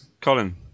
Colin